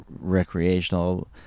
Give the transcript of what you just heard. recreational